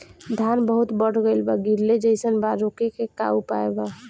धान बहुत बढ़ गईल बा गिरले जईसन बा रोके क का उपाय बा?